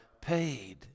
paid